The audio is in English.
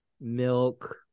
milk